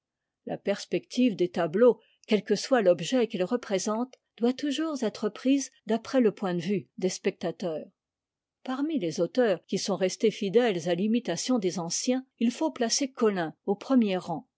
la perspective des tableaux quel que soit l'objet qu'ils réprésentent doit toujours être fise d'après le point de vue des spectateurs parmi les auteurs qui sont restés fidèles à l'imitation des anciens il faut placer collin au premier rang